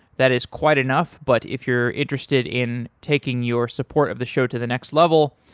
that is quite enough, but if you're interested in taking your support of the show to the next level,